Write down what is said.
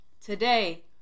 Today